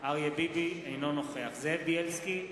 אינו נוכח זאב בילסקי,